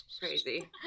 Crazy